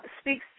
speaks